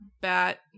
bat